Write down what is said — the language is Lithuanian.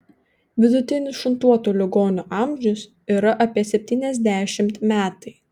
vidutinis šuntuotų ligonių amžius yra apie septyniasdešimt metai